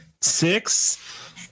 six